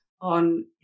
on